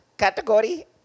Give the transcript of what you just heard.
Category